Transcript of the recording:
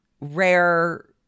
rare